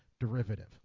derivative